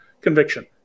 conviction